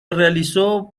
realizó